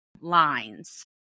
lines